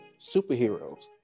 superheroes